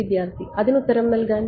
വിദ്യാർത്ഥി അതിനുത്തരം നൽകാൻ